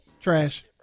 Trash